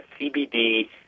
CBD –